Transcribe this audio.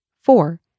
Four